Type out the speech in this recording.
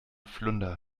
flunder